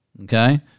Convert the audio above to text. Okay